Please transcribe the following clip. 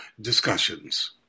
discussions